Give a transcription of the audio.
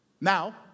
Now